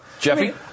Jeffy